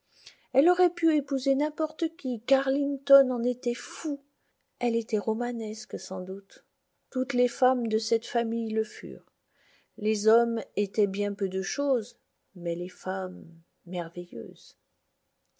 elle aurait pu épouser n'importe qui carlington en était fou elle était romanesque sans doute toutes les femmes de cette famille le furent les hommes étaient bien peu de chose mais les femmes merveilleuses